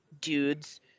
dudes